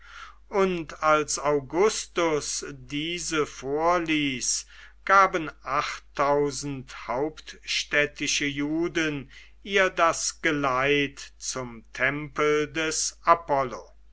und als augustus diese vorließ gaben achttausend hauptstädtische juden ihr das geleit zum tempel des apollo